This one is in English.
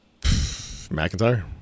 McIntyre